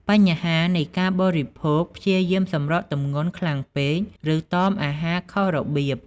បញ្ហានៃការបរិភោគព្យាយាមសម្រកទម្ងន់ខ្លាំងពេក ឬតមអាហារខុសរបៀប។